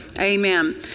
Amen